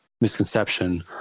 misconception